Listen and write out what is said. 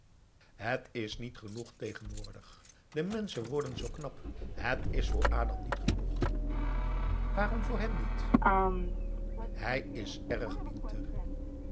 het is niet genoeg tegenwoordig de menschen aum boe akar eel worden zoo knap het is voor adam niet genoeg waarom voor hem niet hij is erg pienter